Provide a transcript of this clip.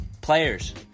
players